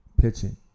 pitching